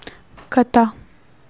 کھتا